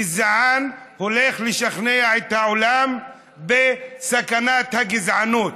גזען, הולך לשכנע את העולם בסכנת הגזענות.